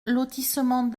lotissement